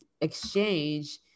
exchange